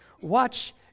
Watch